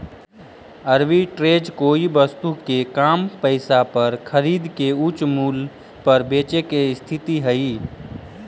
arbitrage कोई वस्तु के कम पईसा पर खरीद के उच्च मूल्य पर बेचे के स्थिति हई